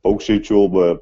paukščiai čiulba